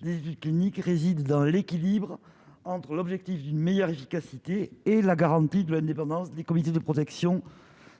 des cliniques réside dans l'équilibre entre l'objectif d'une meilleure efficacité et la garantie de l'indépendance des comités de protection